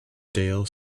dale